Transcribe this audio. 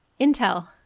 Intel